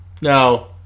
Now